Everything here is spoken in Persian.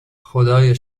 خدایا